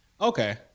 Okay